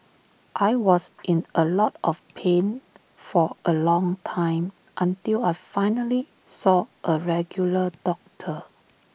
I was in A lot of pain for A long time until I finally saw A regular doctor